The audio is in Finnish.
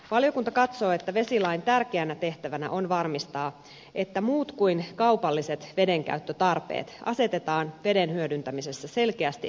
valiokunta katsoo että vesilain tärkeänä tehtävänä on varmistaa että muut kuin kaupalliset vedenkäyttötarpeet asetetaan veden hyödyntämisessä selkeästi etusijalle